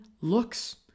looks